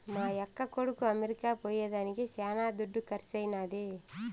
మా యక్క కొడుకు అమెరికా పోయేదానికి శానా దుడ్డు కర్సైనాది